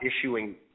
issuing